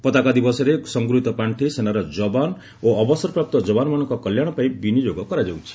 ପତାକା ଦିବସରେ ସଂଗୃହୀତ ପାଣ୍ଠି ସେନାର ଯବାନ ଓ ଅବସରପ୍ରାପ୍ତ ଯବାନମାନଙ୍କ କଲ୍ୟାଣ ପାଇଁ ବିନିଯୋଗ କରାଯାଉଛି